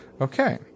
Okay